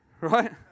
Right